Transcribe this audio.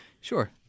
sure